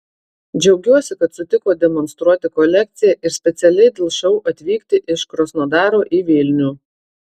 džiaugiuosi kad sutiko demonstruoti kolekciją ir specialiai dėl šou atvykti iš krasnodaro į vilnių